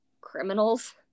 criminals